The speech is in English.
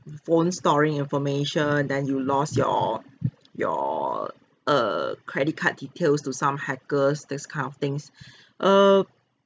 phone storing information than you lost your your err credit card details to some hackers this kind of things err